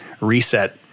reset